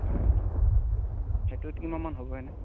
হয় সেইটোত কিমানমান হ'ব এনেই